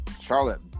Charlotte